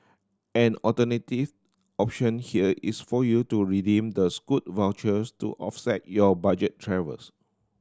an alternative option here is for you to redeem the Scoot vouchers to offset your budget travels